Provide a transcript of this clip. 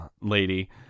lady